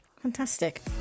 fantastic